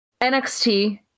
NXT